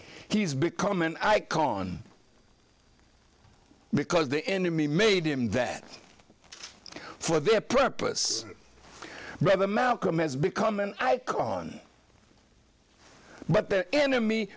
he's become an icon because the enemy made him that for their purpose rather malcolm has become an icon but the enemy